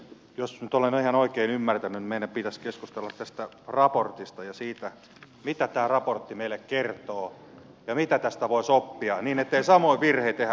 jos nyt olen ihan oikein ymmärtänyt niin meidän pitäisi keskustella tästä raportista ja siitä mitä tämä raportti meille kertoo ja mitä tästä voisi oppia niin ettei samoja virheitä tehdä uudelleen ja uudelleen